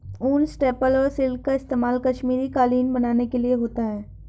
ऊन, स्टेपल और सिल्क का इस्तेमाल कश्मीरी कालीन बनाने के लिए होता है